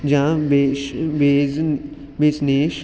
ਜਾਂ ਮੇਸ਼ ਵੇਜ਼ ਵੈਸ਼ਨੇਸ਼